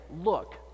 look